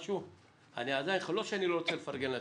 לא שאני לא רוצה לפרגן לצוות.